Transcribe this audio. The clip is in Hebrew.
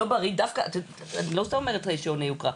לא סתם אני אומרת על שעוני יוקרה,